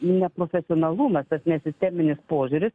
neprofesionalumas tas nesisteminis požiūris